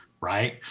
right